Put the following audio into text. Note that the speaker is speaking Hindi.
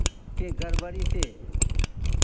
के गड़बड़ी से